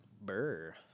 Burr